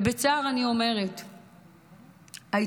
בצער אני אומרת שההתנהלות,